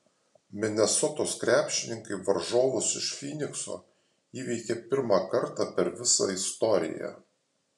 minesotos krepšininkai varžovus iš fynikso įveikė pirmą kartą per visą istoriją